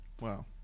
Wow